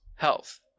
health